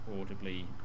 audibly